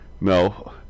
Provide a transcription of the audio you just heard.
No